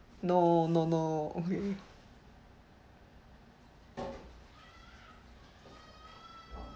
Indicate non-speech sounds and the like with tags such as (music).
no no no okay (noise) (noise)